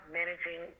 managing